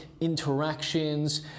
interactions